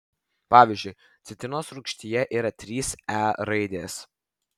pavyzdžiui citrinos rūgštyje yra trys e raidės